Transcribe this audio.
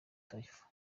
tiffah